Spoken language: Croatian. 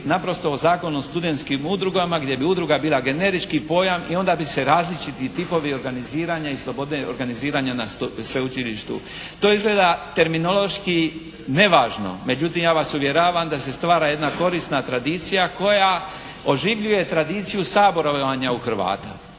naprosto o Zakonu o studentskim udrugama gdje bi udruga bila generički pojam i onda bi se različiti tipovi organiziranja i slobode organiziranja na sveučilištu. To izgleda terminološki nevažno, međutim ja vas uvjeravam da se stvara jedna korisna tradicija koja oživljuje tradiciju saborovanja u Hrvata,